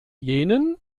jenen